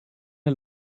der